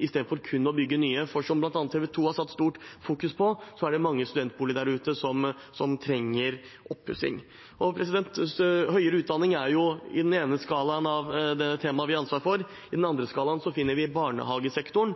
i stedet for kun å bygge nye. For som bl.a. TV 2 i stor grad har fokusert på: Det er mange studentboliger der ute som trenger oppussing. Høyere utdanning er i den ene enden av skalaen for det temaet vi har ansvar for. I den andre enden finner vi barnehagesektoren.